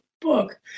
book